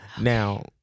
Now